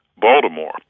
Baltimore